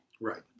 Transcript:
Right